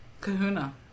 kahuna